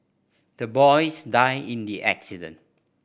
the boys died in the accident